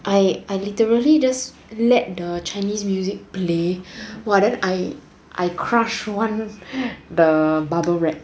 I I literally just let the chinese music play !wah! then I I crushed one the bubble wrap